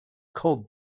cold